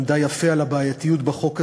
שעמדה יפה על הבעייתיות בחוק הזה.